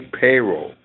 payroll